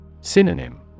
Synonym